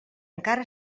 encara